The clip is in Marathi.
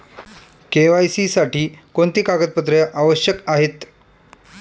के.वाय.सी साठी कोणती कागदपत्रे आवश्यक आहेत?